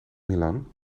milan